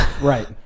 right